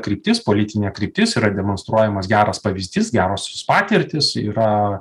kryptis politinė kryptis yra demonstruojamas geras pavyzdys gerosios patirtys yra